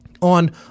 On